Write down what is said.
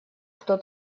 кто